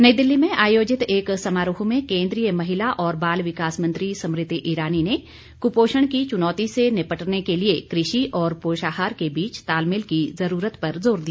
नई दिल्ली में आयोजित एक समारोह में केंद्रीय महिला और बाल विकास मंत्री स्मृति इरानी ने कुपोषण की चुनौती से निपटने के लिए कृषि और पोषाहार के बीच तालमेल की जरूरत पर जोर दिया